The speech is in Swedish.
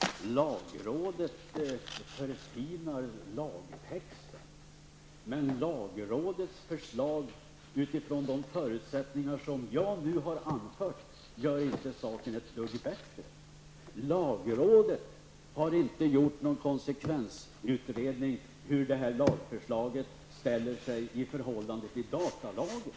Fru talman! Snälla Stig Bertilsson, lagrådet förfinar lagtexten. Men lagrådets förslag, utifrån de förutsättningar som jag nu har anfört, gör inte saken ett dugg bättre. Lagrådet har inte gjort någon konsekvensutredning av hur det här lagförslaget ställer sig i förhållande till datalagen.